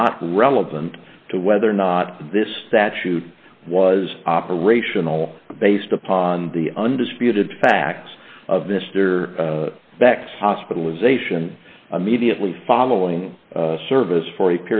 not relevant to whether or not this statute was operational based upon the undisputed facts of mr beck hospitalization immediately following the service for